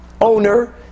owner